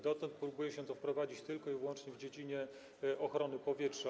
Dotąd próbuje się to wprowadzić tylko i wyłącznie w dziedzinie ochrony powietrza.